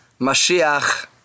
Mashiach